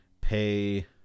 pay